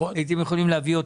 אבל